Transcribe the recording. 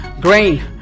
green